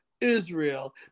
Israel